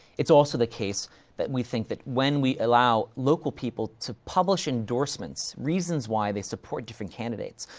it's also the case that we think that when we allow local people to publish endorsements, reasons why they support different candidates,